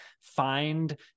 find